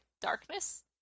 darkness